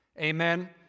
Amen